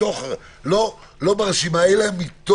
מתוך הרשימה.